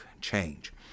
change